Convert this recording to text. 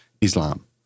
Islam